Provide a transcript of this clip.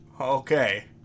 Okay